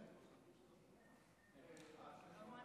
ההצעה